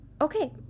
okay